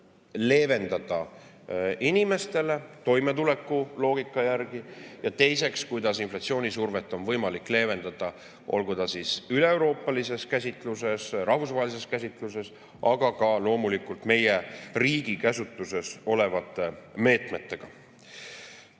leevendada inimestele toimetulekuloogika järgi ja teiseks, kuidas inflatsioonisurvet on võimalik leevendada, olgu ta siis üleeuroopalises käsitluses, rahvusvahelises käsitluses, aga loomulikult ka meie riigi käsutuses olevate meetmetega.